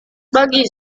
bagi